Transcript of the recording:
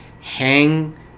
hang